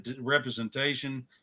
representation